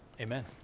Amen